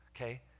okay